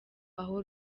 aho